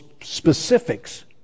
specifics